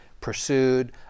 pursued